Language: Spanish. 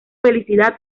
felicidad